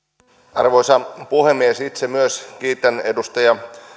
arvoisa puhemies itse myös kiitän edustaja